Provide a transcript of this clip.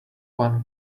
one